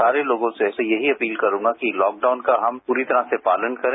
सारे लोगों से यही अपील करूंगा कि लॉकडाउन का हम पूरी तरह से पालन करें